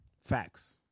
Facts